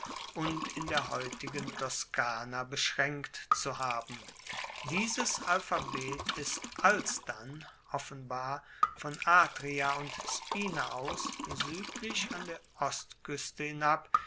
und in der heutigen toskana beschraenkt zu haben dieses alphabet ist alsdann offenbar von atria und spina aus suedlich an der ostkueste hinab